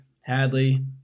Hadley